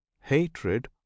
hatred